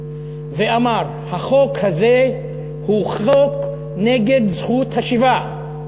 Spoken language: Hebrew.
ואמר: החוק הזה הוא חוק נגד זכות השיבה.